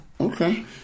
Okay